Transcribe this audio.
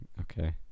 okay